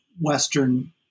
western